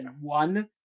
one